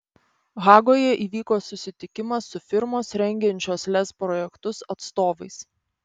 hagoje įvyko susitikimas su firmos rengiančios lez projektus atstovais